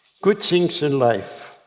good things in life.